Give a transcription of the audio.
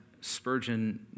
Spurgeon